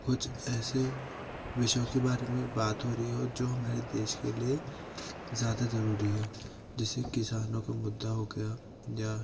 कुछ ऐसे विषयों के बारे में बात हो रही हो जो हमारे देश के लिए ज़्यादा जरूरी है जैसे किसानों का मुद्दा हो गया या